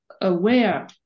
aware